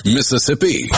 Mississippi